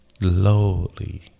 lowly